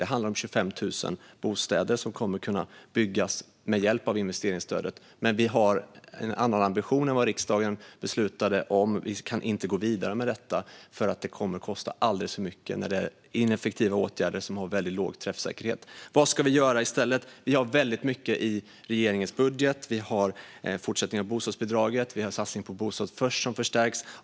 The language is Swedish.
Det handlar om 25 000 bostäder som kommer att kunna byggas med hjälp av investeringsstödet. Men vi har en annan ambition än vad riksdagen beslutade om. Vi kan inte gå vidare med detta, för det kommer att kosta alldeles för mycket. Det är ineffektiva åtgärder med väldigt låg träffsäkerhet. Vad ska vi då göra i stället? Det finns väldigt mycket i regeringens budget. Vi har en fortsättning av bostadsbidraget. Satsningen på Bostad Först förstärks.